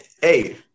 Hey